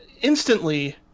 instantly